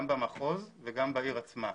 גם במחוז וגם בעיר עצמה.